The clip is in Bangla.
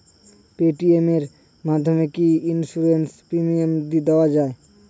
পেটিএম এর মাধ্যমে কি ইন্সুরেন্স প্রিমিয়াম দেওয়া যায়?